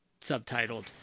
subtitled